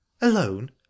alone